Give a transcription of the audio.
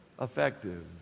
effective